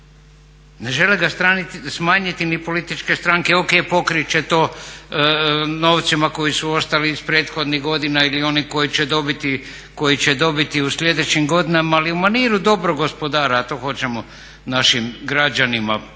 Ne žele ga smanjiti ni političke stranke. O.k. pokrit će to novcima koji su ostali iz prethodnih godina ili oni koji će dobiti u sljedećim godinama. Ali u maniru dobrog gospodara a to hoćemo našim građanima pokazati,